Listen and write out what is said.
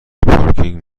پارکینگ